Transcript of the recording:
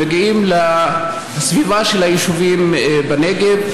שמגיעים לסביבה של היישובים בנגב,